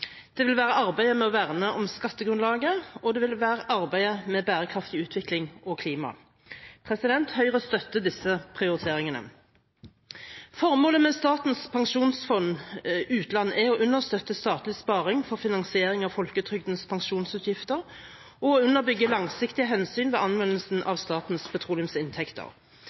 arbeidet med å verne om skattegrunnlaget arbeidet med bærekraftig utvikling og klima Høyre støtter disse prioriteringene. Formålet med Statens pensjonsfond utland er å understøtte statlig sparing for finansiering av folketrygdens pensjonsutgifter og underbygge langsiktige hensyn ved anvendelsen av statens petroleumsinntekter.